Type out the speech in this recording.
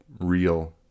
real